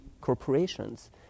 corporations